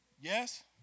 Yes